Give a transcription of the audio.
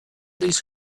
these